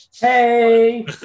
hey